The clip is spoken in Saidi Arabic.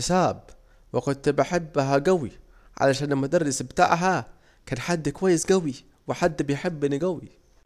مادة الحساب، وكنت بحبها جوي، عشان المدرس بتاعها حد كويس جوي وحد بيحبني جوي